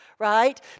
right